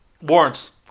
warrants